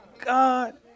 God